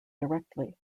directly